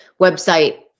website